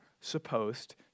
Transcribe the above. supposed